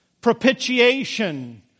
propitiation